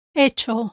hecho